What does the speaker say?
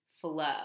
flow